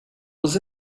was